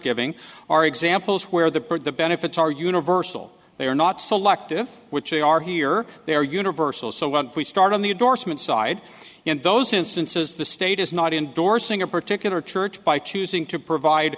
giving are examples where the bird the benefits are universal they are not selective which they are here they are universal so when we start on the door smith's side in those instances the state is not endorsing a particular church by choosing to provide